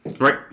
right